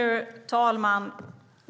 Fru talman!